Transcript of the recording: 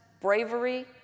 bravery